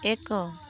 ଏକ